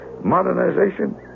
modernization